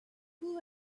who